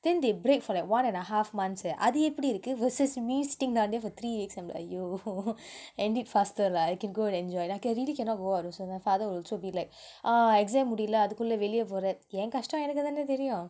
then they break for like one and a half months eh அது எப்படி இருக்கு:athu eppadi irukku versus me sitting down there for three weeks and !aiyo! end it faster lah I can go then enjoy like I really cannot go out also like my father will also be like ah exam முடியில அதுக்குள்ள வெளிய போற என் கஷ்டம் எனக்கு தான தெரியும்:mudiyila athukulla veliya pora en kastam enakku thaana theriyum